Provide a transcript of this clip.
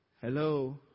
Hello